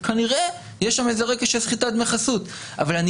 שכנראה יש שם איזה רקע של סחיטת דמי חסות אבל אני